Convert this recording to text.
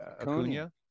Acuna